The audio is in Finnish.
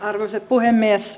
arvoisa puhemies